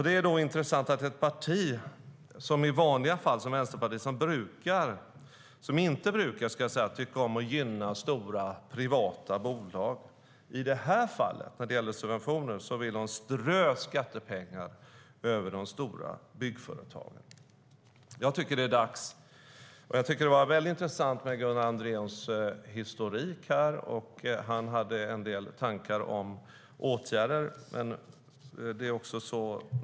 Det är intressant att ett parti som Vänsterpartiet, som i vanliga fall inte brukar tycka om att gynna stora, privata bolag, i det här fallet, när det gäller subventioner, vill strö skattepengar över de stora byggföretagen. Det var intressant med Gunnar Andréns historik. Han hade en del tankar om åtgärder.